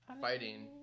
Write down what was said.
fighting